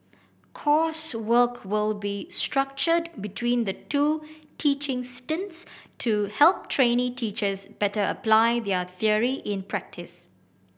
coursework will be structured between the two teaching stints to help trainee teachers better apply their theory in practice